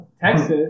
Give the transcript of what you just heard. Texas